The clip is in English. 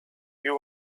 you